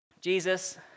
Jesus